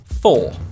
Four